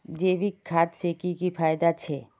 जैविक खाद से की की फायदा छे?